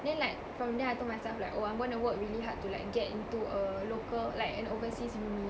then like from then I told myself like oh I'm going to work really hard to like get into a local like an overseas uni